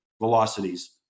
velocities